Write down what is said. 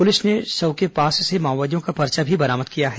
police ने शव के पास से माओवादियों का पर्चा भी बरामद किया है